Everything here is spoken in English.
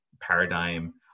paradigm